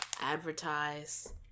advertise